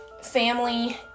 Family